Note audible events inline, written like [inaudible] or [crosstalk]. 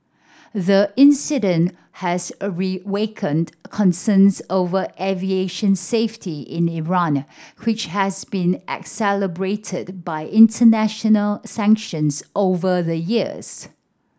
the incident has a reawakened concerns over aviation safety in Iran which has been [unintelligible] by international sanctions over the years